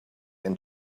and